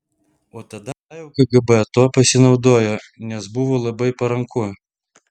o tada jau kgb tuo pasinaudojo nes buvo labai paranku